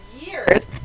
years